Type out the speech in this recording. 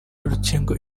urukingo